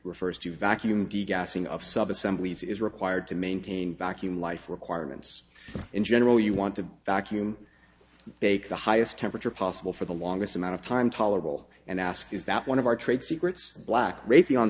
refers to vacuum gassing of subassemblies is required to maintain vacuum life requirements in general you want to vacuum bake the highest temperature possible for the longest amount of time tolerable and ask is that one of our trade secrets black raytheon